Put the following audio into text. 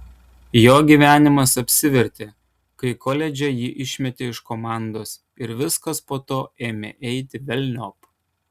jo gyvenimas apsivertė kai koledže jį išmetė iš komandos ir viskas po to ėmė eiti velniop